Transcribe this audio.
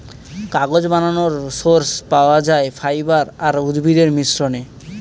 কাগজ বানানোর সোর্স পাওয়া যায় ফাইবার আর উদ্ভিদের মিশ্রণে